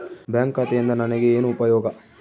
Bank ಖಾತೆಯಿಂದ ನನಗೆ ಏನು ಉಪಯೋಗ?